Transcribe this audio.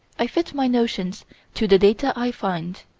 i fit my notions to the data i find.